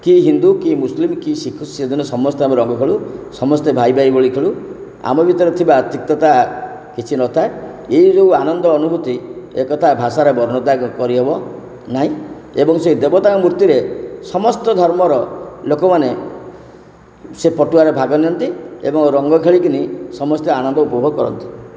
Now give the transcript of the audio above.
କିଏ ହିନ୍ଦୁ କିଏ ମୁସଲିମ୍ କିଏ ଶିଖ୍ ସେଦିନ ସମସ୍ତେ ଆମେ ରଙ୍ଗ ଖେଳୁ ସମସ୍ତେ ଭାଇଭାଇ ଭଳି ଖେଳୁ ଆମ ଭିତରେ ଥିବା ତିକ୍ତତା କିଛି ନଥାଏ ଏଇ ଯେଉଁ ଆନନ୍ଦ ଅନୁଭୂତି ଏକଥା ଭାଷାରେ କରିହେବ ନାହିଁ ଏବଂ ସେଇ ଦେବତାଙ୍କ ମୂର୍ତ୍ତିରେ ସମସ୍ତ ଧର୍ମର ଲୋକମାନେ ସେ ପଟୁଆରେ ଭାଗ ନିଅନ୍ତି ଏବଂ ରଙ୍ଗ ଖେଳିକରି ସମସ୍ତେ ଆନନ୍ଦ ଉପଭୋଗ କରନ୍ତି